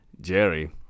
Jerry